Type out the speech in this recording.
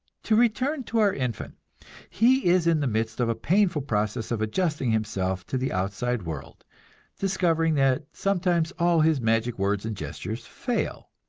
to return to our infant he is in the midst of a painful process of adjusting himself to the outside world discovering that sometimes all his magic words and gestures fail,